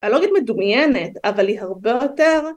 הלוגית מדומיינת אבל היא הרבה יותר